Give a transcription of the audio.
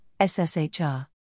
SSHR